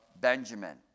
Benjamin